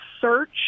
search